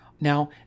Now